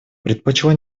предпочла